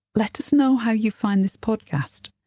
let us know how you find this podcast,